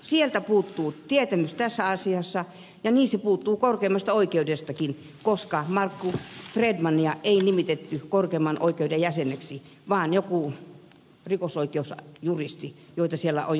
sieltä puuttuu tietämys tässä asiassa ja niin se puuttuu korkeimmasta oikeudestakin koska markku fredmania ei nimitetty korkeimman oikeuden jäseneksi vaan joku rikosoikeusjuristi joita siellä on jo läjäpäin ennestään